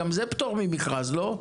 גם זה פטור ממכרז, לא?